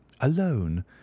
alone